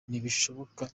nibishoboka